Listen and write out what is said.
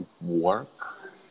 work